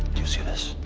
do you see this?